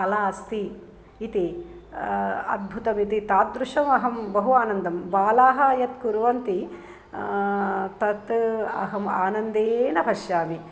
कला अस्ति इति अद्भुतमिति तादृशमहं बहु आनन्दं बालाः यत् कुर्वन्ति तत् अहम् आनन्देन पश्यामि